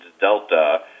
delta